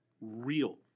Real